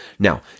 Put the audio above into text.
Now